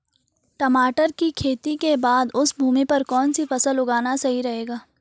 टमाटर की खेती के बाद उस भूमि पर कौन सी फसल उगाना सही रहेगा?